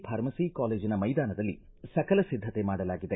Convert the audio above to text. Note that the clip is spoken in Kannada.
ಫಾರ್ಮಸಿ ಕಾಲೇಜಿನ ಮೈದಾನದಲ್ಲಿ ಸಕಲ ಸಿದ್ಧತೆ ಮಾಡಲಾಗಿದೆ